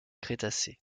crétacé